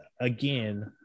again